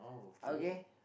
okay